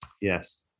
Yes